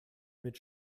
mit